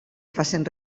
facin